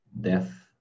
death